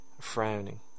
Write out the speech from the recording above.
frowning